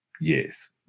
yes